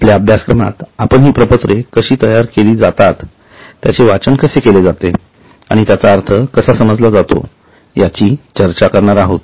आपल्या अभ्यासक्रमात आपण हि प्रपत्रे कशी तयार केली जातातत्यांचे वाचन कसे केले जाते आणि त्याचाअर्थ कसा समजला जातो याची चर्चा करणार आहोत